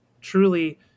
truly